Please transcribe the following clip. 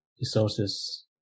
resources